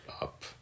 up